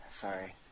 sorry